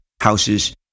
houses